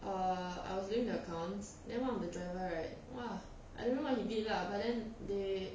uh I was doing the accounts then one of the driver right !wah! I don't know what he did lah but then they